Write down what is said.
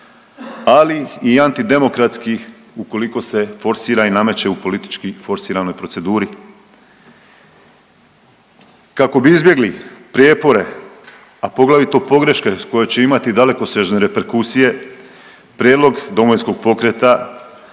ali i antidemokratski ukoliko se forsira i nameće u politički forsiranoj proceduri. Kako bi izbjegli prijepore, a poglavito pogreške koje će imati dalekosežne reperkusije prijedlog Domovinskog pokreta